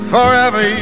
Forever